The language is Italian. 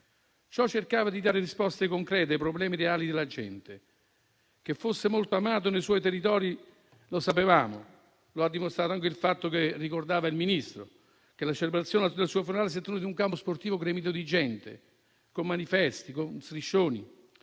cercando di dare risposte concrete ai problemi reali della gente. Che fosse molto amato nei suoi territori lo sapevamo: lo ha dimostrato anche il fatto che - lo ricordava il Ministro - la celebrazione del suo funerale si è tenuto in un campo sportivo gremito di gente, con manifesti e striscioni.